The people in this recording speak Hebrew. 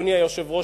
אדוני היושב-ראש,